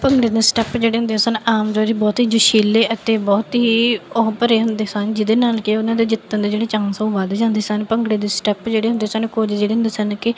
ਭੰਗੜੇ ਦੇ ਸਟੈਪ ਜਿਹੜੇ ਹੁੰਦੇ ਸਨ ਆਮ ਜੋ ਜੀ ਬਹੁਤ ਹੀ ਜੋਸ਼ੀਲੇ ਅਤੇ ਬਹੁਤ ਹੀ ਔਂਹ ਭਰੇ ਹੁੰਦੇ ਸਨ ਜਿਹਦੇ ਨਾਲ ਕਿ ਉਹਨਾਂ ਦਾ ਜਿੱਤਣ ਦੇ ਜਿਹੜੇ ਚਾਂਸ ਉਹ ਵਧ ਜਾਂਦੇ ਸਨ ਭੰਗੜੇ ਦੇ ਸਟੈਪ ਜਿਹੜੇ ਹੁੰਦੇ ਸਨ ਕੁੱਝ ਜਿਹੜੇ ਹੁੰਦੇ ਸਨ ਕਿ